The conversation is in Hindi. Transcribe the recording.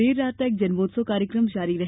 देर रात तक जन्मोत्सव कार्यक्रम जारी रहे